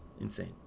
insane